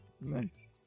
nice